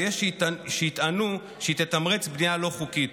ויש שיטענו שהיא תתמרץ בנייה לא חוקית.